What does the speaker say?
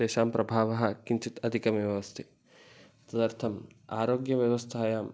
तेषां प्रभावः किञ्चित् अधिकमेव अस्ति तदर्थम् आरोग्यव्यवस्थायाम्